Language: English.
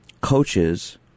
coaches